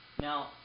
Now